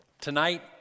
tonight